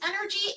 energy